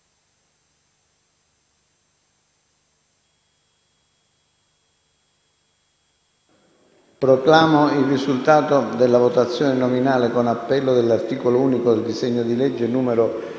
Proclamo il risultato della votazione nominale con appello dell'articolo unico del disegno di legge n.